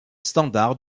standard